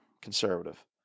conservative